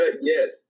yes